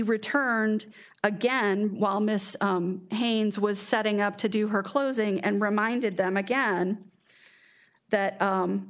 returned again while miss hands was setting up to do her closing and reminded them again that